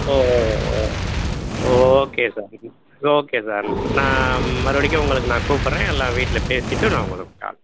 ஓ ஓ ஓ ஓ ஓ ஓகே சார் ஓகே சார் நான் மறுபடிக்கா உங்களுக்கு நான் கூப்பிட்றேன் எல்லாம் வீட்டில் பேசிவிட்டு நான் உங்களுக்கு கால்